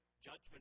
judgment